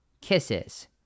kisses